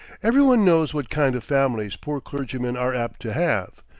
every one knows what kind of families poor clergymen are apt to have.